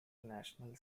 national